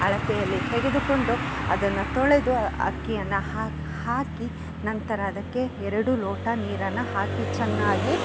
ಅಳತೆಯಲ್ಲಿ ತೆಗೆದುಕೊಂಡು ಅದನ್ನು ತೊಳೆದು ಅಕ್ಕಿಯನ್ನು ಹಾಕಿ ನಂತರ ಅದಕ್ಕೆ ಎರಡು ಲೋಟ ನೀರನ್ನು ಹಾಕಿ ಚೆನ್ನಾಗಿ